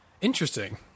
interesting